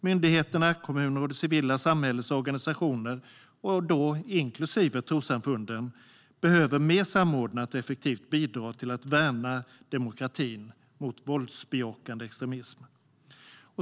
Myndigheter, kommuner och det civila samhällets organisationer, inklusive trossamfund, behöver mer samordnat och effektivt bidra till att värna demokratin mot våldsbejakande extremism.